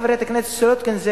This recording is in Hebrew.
חברת הכנסת סולודקין,